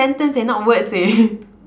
sentence eh and not words leh